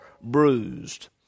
bruised